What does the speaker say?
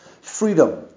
freedom